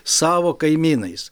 savo kaimynais